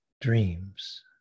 dreams